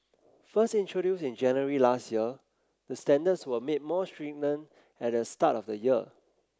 first introduced in January last year the standards were made more stringent at the start of the year